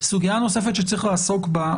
סוגיה נוספת שצריך לעסוק בה.